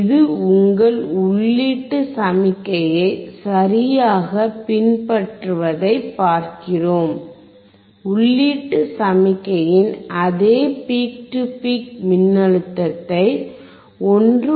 இது உங்கள் உள்ளீட்டு சமிக்ஞையை சரியாகப் பின்பற்றுவதைப் பார்க்கிறோம் உள்ளீட்டு சமிக்ஞையின் அதே பீக் டு பீக் மின்னழுத்தத்தை 1